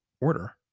order